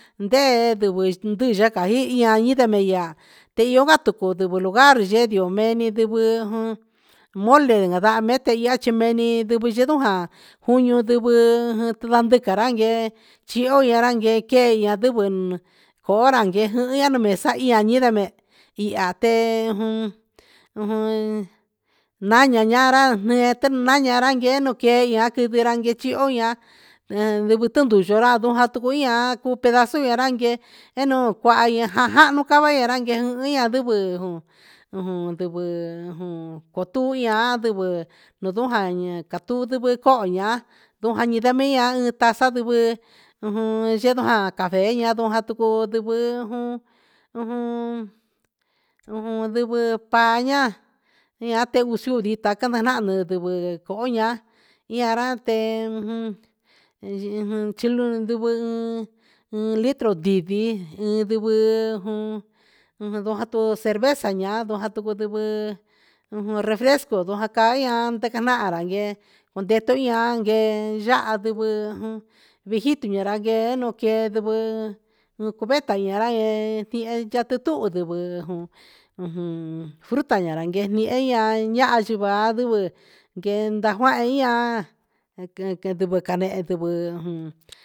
Nde yuyaka iya'a inde mi ihá ndeyo tuku ndeyovugar yendio memi ndeviojun, mole ndeya mete ihá chí meni ndevi yendojan juño'onduvuu no ndate karanke chió anranke ké, ña ndeven konra yejun ña nio mexa'a ihá jorenme ihá te'e jun, ujun ñaña nara ndete ñananran yeno kie ñateri'i, nranche iho ña'a en ndevotuntu ñura'a ñajan tu ndukui'a ku pedazo ñanrakie, eño kuaña'a jajanó kava ñanje rauña'a nrivii jun ujun ndivii ujun kutuian ndivii nujun jan ña'a, katu ndivikoña'a ndujan ñi'a ndavi ihan taxa ndingui jun yendojan kaveña'a ndova tuku ndeven jun ujun ndeven paña'a ñate uxuu ndita kanana nendivii koña'a ian nrate ujun ejun chinru ndubun un litro ndivii iin ndivii jun ujun nde cervezaq ña'a, jan nduku ndivii ujun refresco ndakai ña'a ñandekañara ye'e, ndetoi ñan kee ya'á ndvii jun vijil ñanran keno'o kee nduvin nuu cubeta ñaran yee enña tutu ndegui jun ujun fruta ña nrake ñe'e ña ñaxhyi va'a, nduvee chenta njuan ahi an ndekeni vakanretu uhé jun.